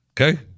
Okay